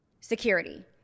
security